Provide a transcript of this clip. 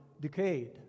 decayed